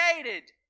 created